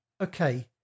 okay